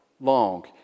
long